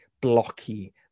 blocky